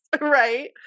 right